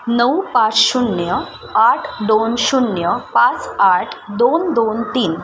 नऊ पाच शून्य आठ दोन शून्य पाच आठ दोन दोन तीन